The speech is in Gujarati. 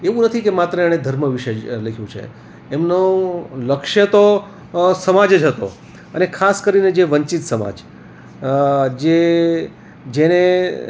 એવું નથી કે માત્ર એણે ધર્મ વિશે જ લખ્યું છે એમનો લક્ષ્ય તો સમાજ જ હતો અને ખાસ કરીને જે વંચિત સમાજ જે જેને